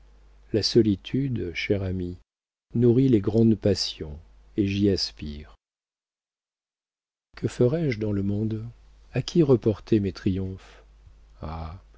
la solitude cher ami nourrit les grandes passions et j'y aspire que ferai-je dans le monde à qui reporter mes triomphes ah